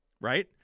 right